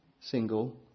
single